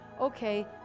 okay